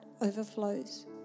overflows